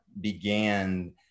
began